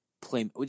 play